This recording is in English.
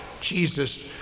Jesus